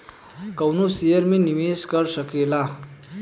कवनो शेयर मे निवेश कर सकेल